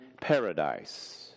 paradise